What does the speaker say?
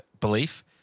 belief